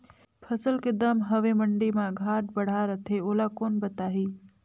फसल के दम हवे मंडी मा घाट बढ़ा रथे ओला कोन बताही?